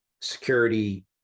security